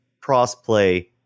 crossplay